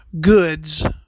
goods